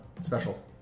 Special